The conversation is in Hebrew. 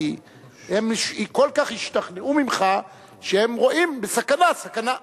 כי הם כל כך השתכנעו ממך שהם רואים בסכנה סכנה.